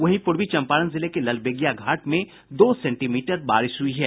वहीं पूर्वी चंपारण जिले के ललबेगिया घाट में दो सेंटीमीटर बारिश हुई है